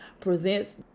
presents